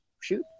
shoot